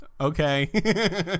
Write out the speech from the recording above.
Okay